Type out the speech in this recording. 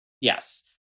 Yes